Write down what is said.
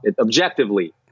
objectively